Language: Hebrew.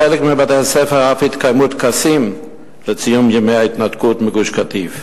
בחלק מבתי-הספר אף התקיימו טקסים לציון ימי ההתנתקות מגוש-קטיף.